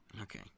Okay